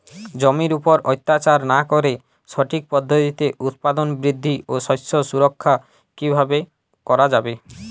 জমির উপর অত্যাচার না করে সঠিক পদ্ধতিতে উৎপাদন বৃদ্ধি ও শস্য সুরক্ষা কীভাবে করা যাবে?